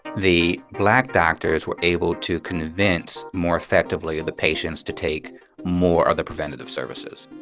the black doctors were able to convince more effectively of the patients to take more of the preventative services